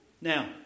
Now